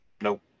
Nope